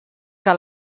que